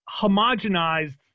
homogenized